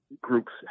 groups